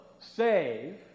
save